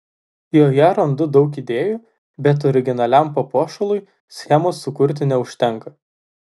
joje randu daug idėjų bet originaliam papuošalui schemos sukurti neužtenka